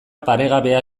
paregabea